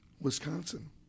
Wisconsin